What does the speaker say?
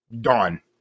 done